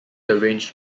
arranged